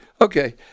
Okay